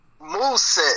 moveset